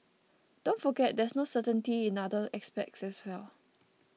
don't forget there's no certainty in other aspects as well